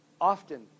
often